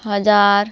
हजार